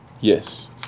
Yes